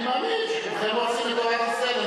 אני מאמין שכולכם רוצים בטובת ישראל.